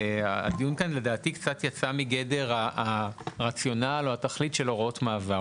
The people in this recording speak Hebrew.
הדיון כאן לדעתי קצת יצא מגדר הרציונל או התכלית של הוראות מעבר.